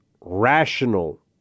rational